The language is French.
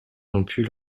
rompus